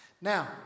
Now